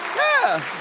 yeah!